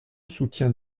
soutient